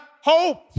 hope